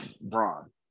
bron